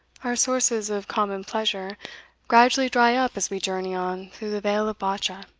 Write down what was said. our sources of common pleasure gradually dry up as we journey on through the vale of bacha,